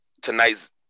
tonight's